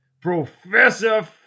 Professor